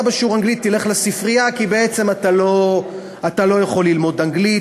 אתה בשיעור אנגלית תלך לספרייה כי בעצם אתה לא יכול ללמוד אנגלית,